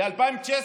ל-2019,